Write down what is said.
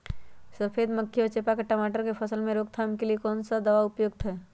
सफेद मक्खी व चेपा की टमाटर की फसल में रोकथाम के लिए कौन सा दवा उपयुक्त है?